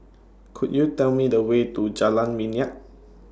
Could YOU Tell Me The Way to Jalan Minyak